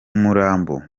umurambo